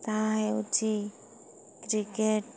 ତାହା ହେଉଛି କ୍ରିକେଟ